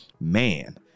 Man